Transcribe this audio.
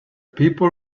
people